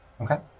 Okay